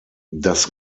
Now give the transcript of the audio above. das